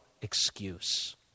excuse